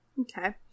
Okay